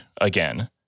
again